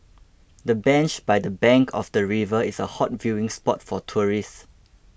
the bench by the bank of the river is a hot viewing spot for tourists